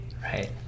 Right